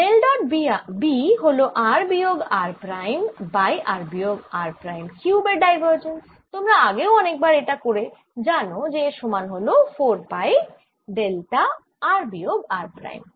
del dot B হল r বিয়োগ r prime by r বিয়োগ r প্রাইম কিউব এর ডাইভার্জেন্স তোমরা আগেও অনেকবার এটা করে জানো যে এর সমান হল 4 পাই ডেল্টা r বিয়োগ r প্রাইম